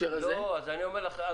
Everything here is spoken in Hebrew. אז אני זוכרת שלא אמרנו אמורפי.